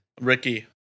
Ricky